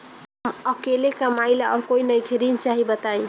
हम अकेले कमाई ला और कोई नइखे ऋण चाही बताई?